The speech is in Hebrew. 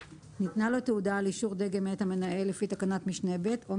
ניתנה לו תעודה על אישור דגם מאת המנהל לפי תקנת משנה (ב) או